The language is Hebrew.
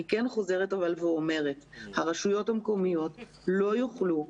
אני כן חוזרת ואומרת שהרשויות המקומיות לא יוכלו,